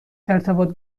ارتباط